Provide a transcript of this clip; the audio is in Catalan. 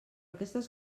aquestes